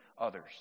others